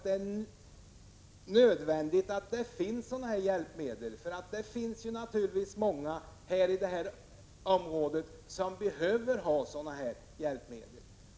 Det är nödvändigt att trygga tillgången på hjälpmedel av det slag som företaget tillverkar, för det är många människor i Stockholmsområdet som behöver ha sådana.